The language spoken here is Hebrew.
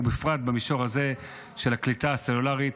ובפרט במישור הזה של הקליטה הסלולרית,